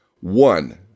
one